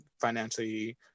financially